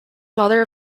mother